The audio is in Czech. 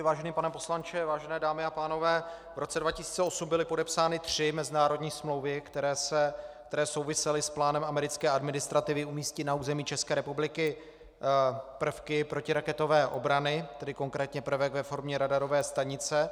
Vážený pane poslanče, vážené dámy a pánové, v roce 2008 byly podepsány tři mezinárodní smlouvy, které souvisely s plánem americké administrativy umístit na území České republiky prvky protiraketové obrany, tedy konkrétně prvek ve formě radarové stanice.